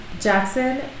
Jackson